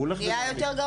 הוא הולך ונעשה גרוע יותר.